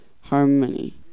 Harmony